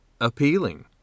appealing